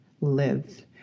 live